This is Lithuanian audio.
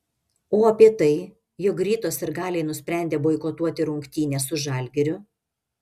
o apie tai jog ryto sirgaliai nusprendė boikotuoti rungtynes su žalgiriu